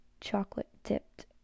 chocolate-dipped